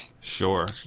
Sure